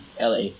LA